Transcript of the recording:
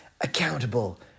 accountable